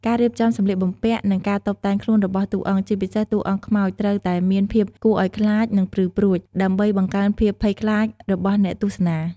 ការរៀបចំសម្លៀកបំពាក់ និងការតុបតែងខ្លួនរបស់តួអង្គ ជាពិសេសតួអង្គខ្មោច ត្រូវតែមានភាពគួរអោយខ្លាច និងព្រឺព្រួច ដើម្បីបង្កើនភាពភ័យខ្លាចដល់អ្នកទស្សនា ។